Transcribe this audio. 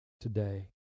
today